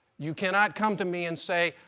you cannot come to me and say,